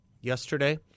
yesterday